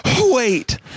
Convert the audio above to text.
wait